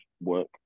work